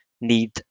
need